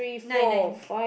nine nineth